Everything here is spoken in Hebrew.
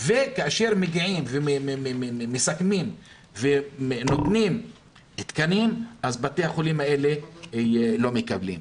וכאשר מגיעים ומסכמים ונותנים תקנים בתי החולים האלה לא מקבלים.